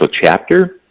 chapter